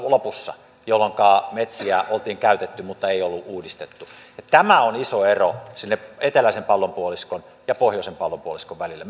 lopussa jolloinka metsiä oltiin käytetty mutta ei oltu uudistettu tässä on iso ero eteläisen pallonpuoliskon ja pohjoisen pallonpuoliskon välillä